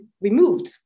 removed